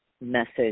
message